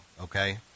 okay